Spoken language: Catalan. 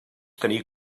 tenir